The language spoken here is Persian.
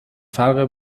فرق